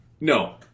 no